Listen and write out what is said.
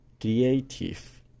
creative